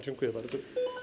Dziękuję bardzo.